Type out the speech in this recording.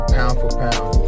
pound-for-pound